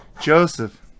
Joseph